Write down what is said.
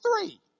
three